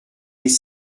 les